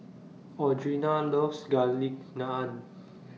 Audrina loves Garlic Naan